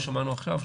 כמו ששמענו עכשיו,